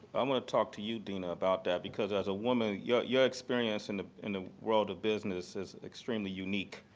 i want to talk to you, dina, about that, because as a woman, your your experience and in the world of business is extremely unique